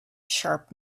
sharp